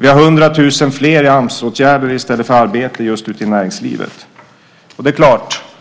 Vi har 100 000 fler i Amsåtgärder i stället för arbete ute i näringslivet.